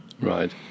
Right